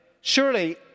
surely